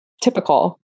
typical